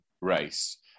race